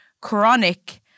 chronic